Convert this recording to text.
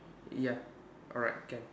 ya alright can